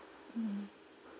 mm